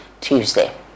Tuesday